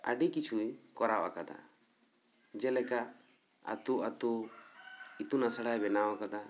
ᱟᱹᱰᱤ ᱠᱤᱪᱷᱩᱭ ᱠᱚᱨᱟᱣ ᱟᱠᱟᱫᱟ ᱡᱮ ᱞᱮᱠᱟ ᱟᱛᱳ ᱟᱛᱳ ᱤᱛᱩᱱ ᱟᱥᱲᱟᱭ ᱵᱮᱱᱟᱣ ᱟᱠᱟᱫᱟ